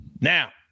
Now